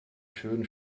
schönen